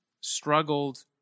struggled